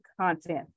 content